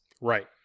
right